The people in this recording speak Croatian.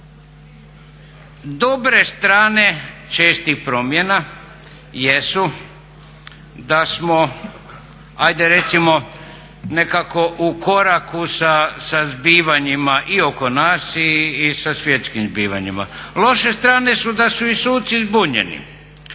Dobre strane čestih promjena jesu da smo ajde recimo nekako u koraku sa zbivanjima i oko nas i sa svjetskim zbivanjima. Loše strane su da su i suci zbunjeni.